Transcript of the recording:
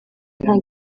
nta